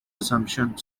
assumption